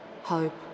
hope